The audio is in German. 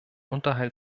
unterhalt